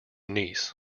niece